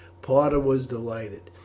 parta was delighted.